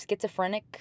schizophrenic